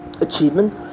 achievement